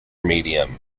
medium